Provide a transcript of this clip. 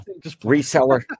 reseller